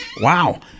wow